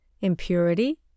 impurity